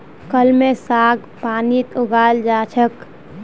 कलमी साग पानीत उगाल जा छेक